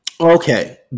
Okay